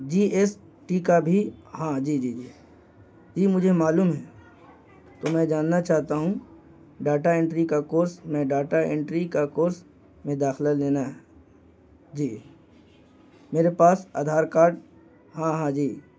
جی S T کا بھی ہاں جی جی جی جی مجھے معلوم ہے تو میں جاننا چاہتا ہوں ڈاٹا انٹری کا کورس میں ڈاٹا انٹری کا کورس میں داخلہ لینا ہے جی میرے پاس آدھار کارڈ ہاں ہاں جی